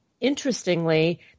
interestingly